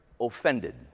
offended